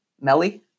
Melly